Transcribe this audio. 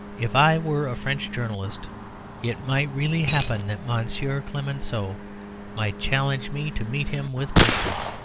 if i were a french journalist it might really happen that monsieur clemenceau might challenge me to meet him with pistols.